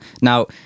Now